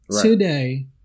Today